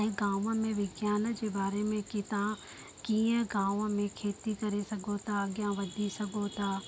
ऐं गांव में विज्ञान जे बारे में की तव्हां कीअं गांव में खेती करे सघो था अॻियां वधी सघो था